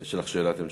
יש לך שאלת המשך?